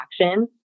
action